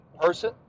person